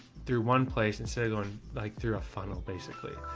through one place instead of going like through a funnel basically.